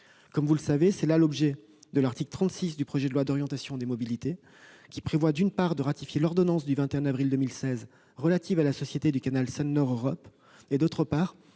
Comme vous le savez, tel est l'objet de l'article 36 du projet de loi d'orientations des mobilités, qui prévoit, d'une part, de ratifier l'ordonnance du 21 avril 2016 relative à la Société du canal Seine-Nord Europe, et, d'autre part,